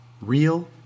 Real